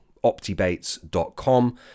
optibates.com